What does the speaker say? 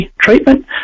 treatment